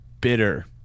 bitter